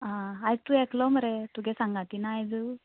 आं आयज तूं एकलो मरे तुगे सांगाती ना आयज